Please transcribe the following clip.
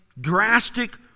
drastic